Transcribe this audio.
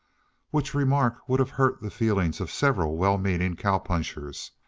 which remark would have hurt the feelings of several well-meaning cow-punchers,